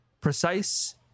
precise